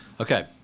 Okay